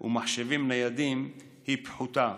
ומחשבים ניידים פחותה.